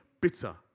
bitter